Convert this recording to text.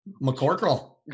McCorkle